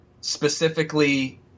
specifically